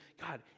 God